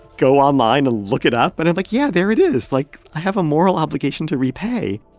go online and look it up. but i'm like, yeah, there it is. like, i have a moral obligation to repay.